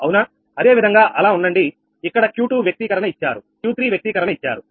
అదేవిధంగా అలా ఉండండి ఇక్కడ Q2 వ్యక్తీకరణ ఇచ్చారు Q3 వ్యక్తీకరణ ఇచ్చారు